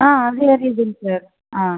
ஆ அது எரியுதுங்க சார் ஆ